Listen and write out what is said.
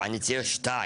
ואני צריך שניים.